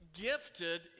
gifted